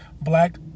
black